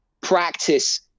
practice